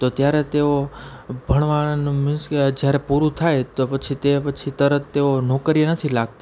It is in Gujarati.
તો ત્યારે તેઓ ભણવાનું મિન્સ કે જ્યારે પૂરું થાય તો પછી તે પછી તરત તેઓ નોકરીએ નથી લાગતા